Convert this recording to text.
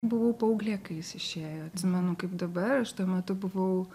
buvau paauglė kai jis išėjo atsimenu kaip dabar aš tuo metu buvau